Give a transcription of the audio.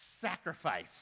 sacrifice